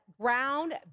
ground